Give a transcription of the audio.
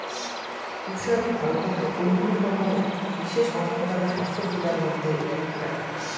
কুশারি ভারতত অইন্যতম বিশেষ অর্থকরী শস্য গিলার মইধ্যে এ্যাকটা